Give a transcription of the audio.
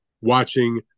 watching